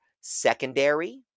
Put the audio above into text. secondary